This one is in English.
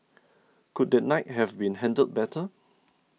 could that night have been handled better